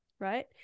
right